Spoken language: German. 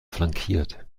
flankiert